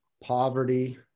poverty